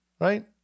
right